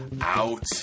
out